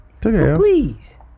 please